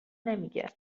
نمیگه